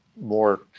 more